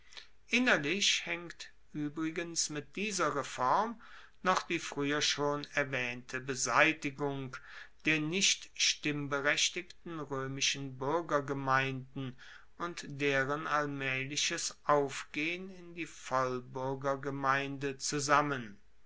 innerlich haengt uebrigens mit dieser reform noch die frueher schon erwaehnte beseitigung der nicht stimmberechtigten roemischen buergergemeinden und deren allmaehliches aufgehen in die vollbuergergemeinde zusammen